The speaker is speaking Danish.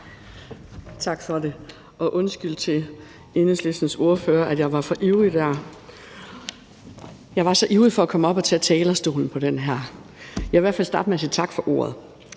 Tak for det, og undskyld til Enhedslistens ordfører for, at jeg var så ivrig for at komme op og tage talerstolen på den her. Jeg vil i hvert fald starte med at sige tak for ordet.